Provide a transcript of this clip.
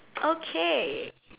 okay